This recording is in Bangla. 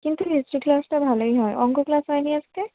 কিন্তু হিস্ট্রি ক্লাসটা ভালোই হয় অংক ক্লাস হয় নি আজকে